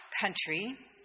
country